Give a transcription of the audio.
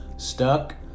stuck